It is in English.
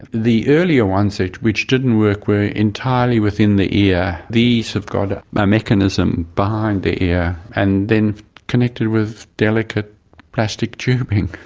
the earlier ones which which didn't work were entirely within the ear. these have got a ah mechanism behind the ear and then connected with delicate plastic tubing,